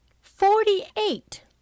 Forty-eight